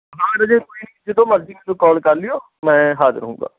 ਹਾਂ ਰਾਜੇ ਜਦੋਂ ਮਰਜ਼ੀ ਮੈਨੂੰ ਕਾਲ ਕਰ ਲਿਓ ਮੈਂ ਹਾਜ਼ਰ ਹੋਊਗਾ